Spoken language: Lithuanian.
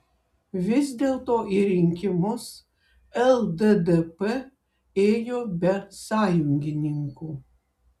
vis dėlto į rinkimus lddp ėjo be sąjungininkų